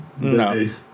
No